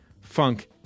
funk